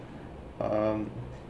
um